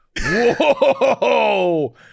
Whoa